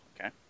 Okay